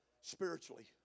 spiritually